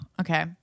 Okay